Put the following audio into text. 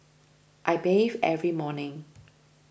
I bathe every morning